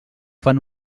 fan